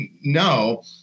no